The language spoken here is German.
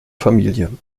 familie